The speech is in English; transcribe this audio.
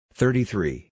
thirty-three